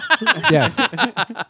yes